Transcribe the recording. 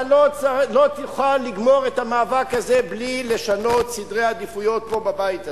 אתה לא תוכל לגמור את המאבק הזה בלי לשנות סדרי עדיפויות פה בבית הזה.